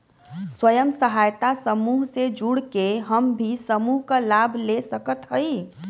स्वयं सहायता समूह से जुड़ के हम भी समूह क लाभ ले सकत हई?